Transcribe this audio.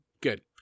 Good